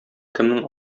кемнең